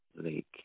lake